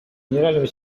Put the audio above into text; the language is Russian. генерального